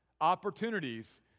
opportunities